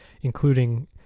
including